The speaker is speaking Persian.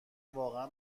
واقعا